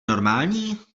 normální